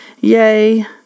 Yay